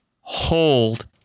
hold